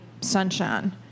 sunshine